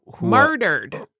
murdered